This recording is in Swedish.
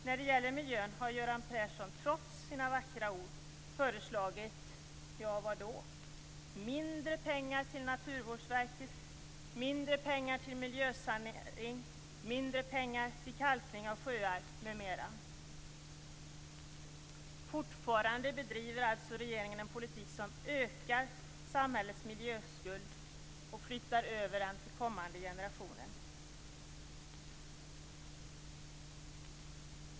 När det gäller miljön har Göran Persson trots sina vackra ord föreslagit - ja, vad då? Mindre pengar till Naturvårdsverket, mindre pengar till miljösanering, mindre pengar till kalkning av sjöar m.m. Fortfarande bedriver alltså regeringen en politik som ökar samhällets miljöskuld och flyttar över den till kommande generationer.